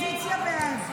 נתקבלה.